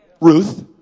Ruth